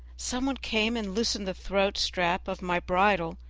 some one came and loosened the throat strap of my bridle,